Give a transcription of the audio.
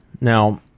Now